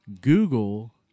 Google